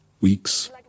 weeks